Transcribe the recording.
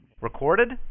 Recorded